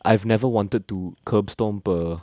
I have never wanted to curb stomp a